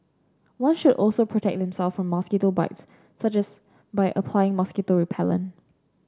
one should also protect them self from mosquito bites such as by applying mosquito repellent